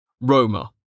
Roma